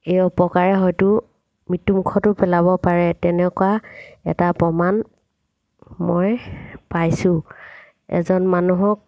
এই অপকাৰে হয়তো মৃত্যু মুখতো পেলাব পাৰে তেনেকুৱা এটা প্ৰমাণ মই পাইছোঁ এজন মানুহক